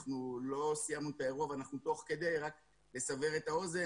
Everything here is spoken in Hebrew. אנחנו לא סיימנו את האירוע ואנחנו תוך כדי אבל רק לסבר את האוזן,